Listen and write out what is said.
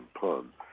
pun